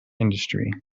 industry